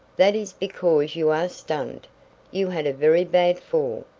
that is because you are stunned you had a very bad fall,